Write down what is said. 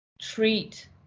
treat